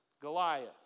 Goliath